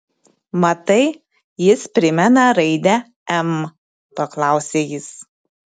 matai jis primena raidę m paklausė jis